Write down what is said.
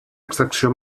extracció